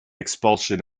expulsion